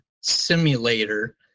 Simulator